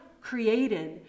created